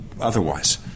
otherwise